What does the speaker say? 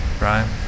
Right